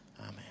Amen